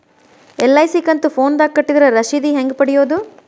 LIC ಕಂತು ಫೋನದಾಗ ಕಟ್ಟಿದ್ರ ರಶೇದಿ ಹೆಂಗ್ ಪಡೆಯೋದು?